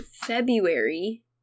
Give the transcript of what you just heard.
february